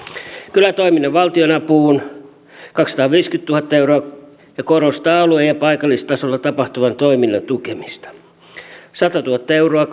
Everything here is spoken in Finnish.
kylätoiminnan valtionapuun kaksisataaviisikymmentätuhatta euroa ja korostaa alue ja paikallistasolla tapahtuvan toiminnan tukemista satatuhatta euroa